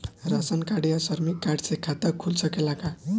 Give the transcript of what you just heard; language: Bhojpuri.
राशन कार्ड या श्रमिक कार्ड से खाता खुल सकेला का?